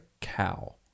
cow